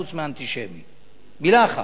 חוץ מ"אנטישמי"; מלה אחת: